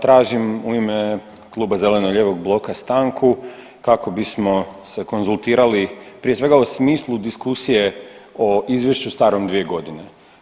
Tražim u ime Kluba zeleno-lijevog bloka stanku kako bismo se konzultirali prije svega o smislu diskusije o izvješću starom 2 godine.